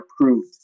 approved